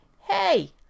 Hey